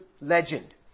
legend